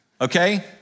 Okay